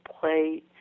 Plate